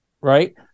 right